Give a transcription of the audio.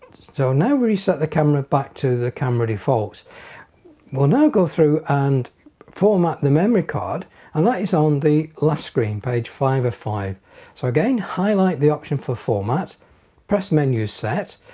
so now we reset the camera back to the camera default well now go through and format the memory card and that is on the last screen page five or five so again highlight the option for format press menu set.